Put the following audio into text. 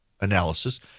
analysis